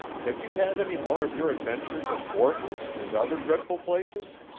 have you had any more of your adventures at borton's and other dreadful places?